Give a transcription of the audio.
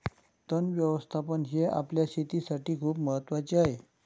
तण व्यवस्थापन हे आपल्या शेतीसाठी खूप महत्वाचे आहे